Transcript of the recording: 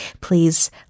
please